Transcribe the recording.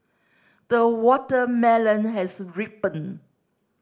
the watermelon has ripened